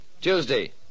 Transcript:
Tuesday